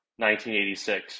1986